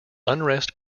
unrest